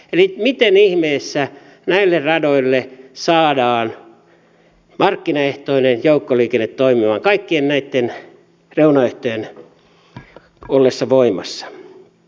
eli miten ihmeessä näille radoille saadaan markkinaehtoinen joukkoliikenne toimimaan kaikkien näitten reunaehtojen ollessa voimassa